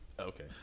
Okay